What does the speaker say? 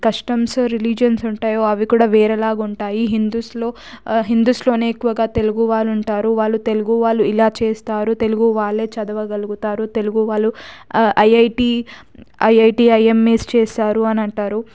customs religions ఉంటాయో అవి కూడా వేరే లాగా ఉంటాయి హిందూస్లో హిందూస్లోనే ఎక్కువగా తెలుగు వాళ్ళు ఉంటారు వాళ్ళు తెలుగు వాళ్ళు ఇలా చేస్తారు తెలుగు వాళ్ళే చదవగలుగుతారు తెలుగు వాళ్ళు ఐఐటి ఐఐటి ఐఎంఎస్ చేసారు అని అంటారు